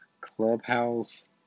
clubhouse